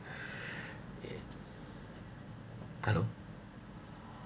hello